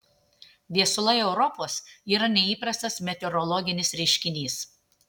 viesulai europos yra neįprastas meteorologinis reiškinys